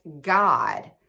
God